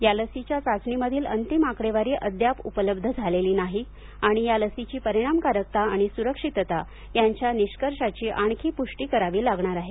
या लसीच्या चाचणींमधील अंतिम आकडेवारी अद्याप उपलब्ध झालेली नाही आणि या लसीची परिणामकारकता आणि सुरक्षितता यांच्या निष्कर्षांची आणखी प्ष्टि करावी लागणार आहे